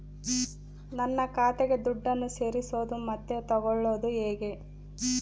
ನನ್ನ ಖಾತೆಗೆ ದುಡ್ಡನ್ನು ಸೇರಿಸೋದು ಮತ್ತೆ ತಗೊಳ್ಳೋದು ಹೇಗೆ?